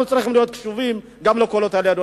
אנחנו צריכים להיות קשובים גם לקולות האלה,